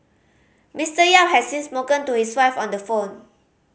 Mister Yap has since spoken to his wife on the phone